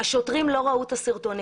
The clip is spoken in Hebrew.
השוטרים לא ראו את הסרטונים.